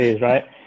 right